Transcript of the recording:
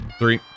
three